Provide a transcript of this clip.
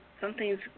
something's